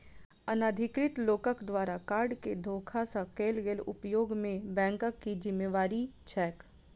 अनाधिकृत लोकक द्वारा कार्ड केँ धोखा सँ कैल गेल उपयोग मे बैंकक की जिम्मेवारी छैक?